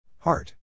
Heart